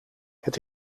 het